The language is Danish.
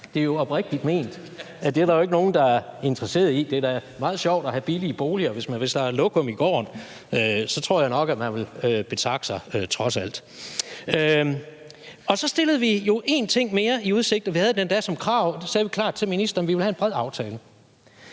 det er jo faktisk oprigtig ment. Det er der jo ikke nogen, der er interesserede i. Det er da meget sjovt at have billige boliger, men hvis der er lokum i gården, tror jeg nok, man ville betakke sig, trods alt. Så stillede vi jo en ting mere i udsigt, og vi havde det endda som krav – det sagde vi klart til ministeren – at vi ville have en bred aftale.